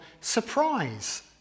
surprise